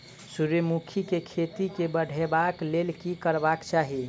सूर्यमुखी केँ खेती केँ बढ़ेबाक लेल की करबाक चाहि?